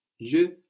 Je